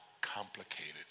Complicated